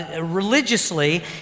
religiously